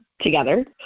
together